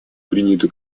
приняты